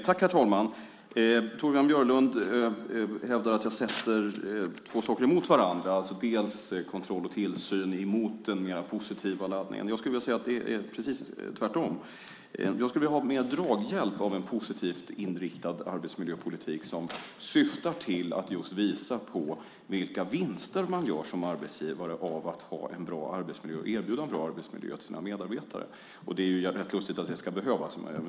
Herr talman! Torbjörn Björlund hävdar att jag sätter två saker emot varandra, det vill säga kontroll och tillsyn emot den mer positiva laddningen. Jag skulle vilja säga att är precis tvärtom. Jag skulle vilja ha mer draghjälp av en positivt inriktad arbetsmiljöpolitik som syftar till att visa vilka vinster man gör som arbetsgivare genom att ha en bra arbetsmiljö och erbjuda en bra arbetsmiljö till sina medarbetare. Det är rätt lustigt att det ska behövas.